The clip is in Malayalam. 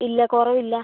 ഇല്ല കുറവില്ല